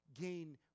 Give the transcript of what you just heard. Gain